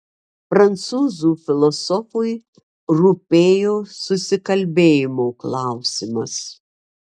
prancūzų filosofui rūpėjo susikalbėjimo klausimas